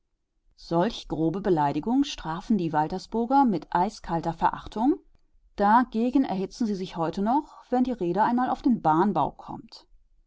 solch grobe beleidigung strafen die waltersburger mit eiskalter verachtung dagegen erhitzen sie sich noch heute sofort wenn die rede einmal auf den bahnbau kommt